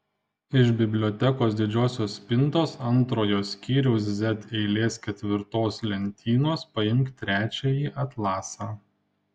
iš bibliotekos didžiosios spintos antrojo skyriaus z eilės ketvirtos lentynos paimk trečiąjį atlasą